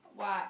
what